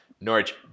Norwich